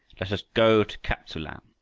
let us go to kaptsu-lan,